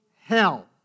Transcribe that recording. hell